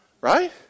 Right